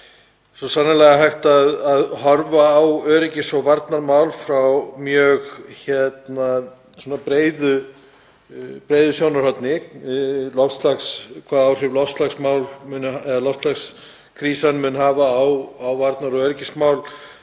svo sannarlega hægt að horfa á öryggis- og varnarmál frá mjög breiðu sjónarhorni, hvaða áhrif loftslagskrísan mun hafa á varnar- og öryggismál,